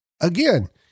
Again